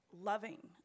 loving